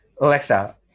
alexa